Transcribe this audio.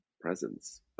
presence